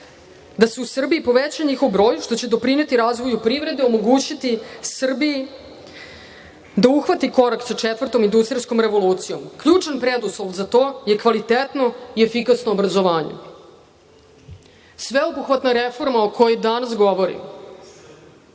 da se u Srbiji poveća njihov broj, što će doprineti razvoju privrede i omogućiti Srbiji da uhvati korak sa četvrtom industrijskom revolucijom. Ključan preduslov za to je kvalitetno i efikasno obrazovanje. Sveobuhvatna reforma o kojoj danas govorimo